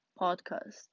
podcast